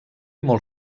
molt